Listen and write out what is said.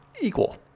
equal